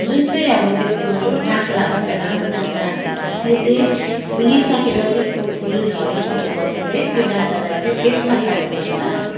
जुन चाहिँ अब त्यसको डाँख्ला हुन्छ लामो डाँख्ला आएको हुन्छ त्यसले फुलिसकेर त्यसको फुल झरिसकेपछि चाहिँ त्यो डाँख्लालाई चाहिँ फेदमा काट्नुपर्छ